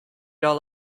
all